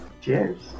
Cheers